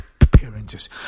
appearances